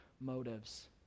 motives